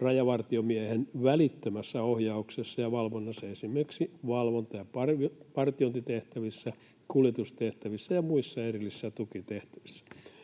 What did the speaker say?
rajavartiomiehen välittömässä ohjauksessa ja valvonnassa esimerkiksi valvonta- ja vartiointitehtävissä, kuljetustehtävissä ja muissa erillisissä tukitehtävissä.